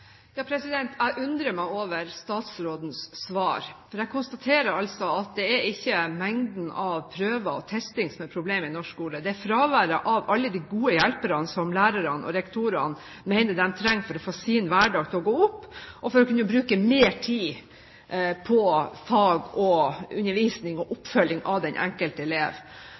Jeg undrer meg over statsrådens svar. Jeg konstaterer at det ikke er mengden av prøver og testing som er problemet i norsk skole, det er fraværet av alle de gode hjelperne som lærerne og rektorene mener de trenger for å få sin hverdag til å gå opp, og for å kunne bruke mer tid på fag, undervisning og oppfølging av den enkelte elev.